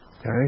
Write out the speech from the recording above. Okay